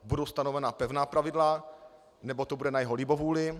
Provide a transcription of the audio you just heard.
Budou stanovena pevná pravidla, nebo to bude na jeho libovůli?